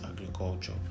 agriculture